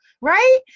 right